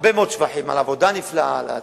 הרבה מאוד שבחים: על עבודה נפלאה, על הציונות,